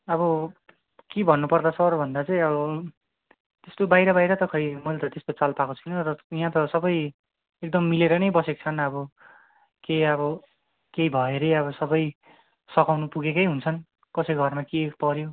अब के भन्नु पर्दा सरभन्दा चाहिँ अब त्यस्तो बाहिर बाहिर त खै मैले त तेस्तो चाल पाएको छुइनँ र यहाँ त सबै एकदम मिलेर नै बसेका छन् आबो के आबो के भयो हरे अब सबै सकाउनु पुगेकै हुन्छन् कसैको घरमा के पऱ्यो